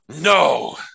No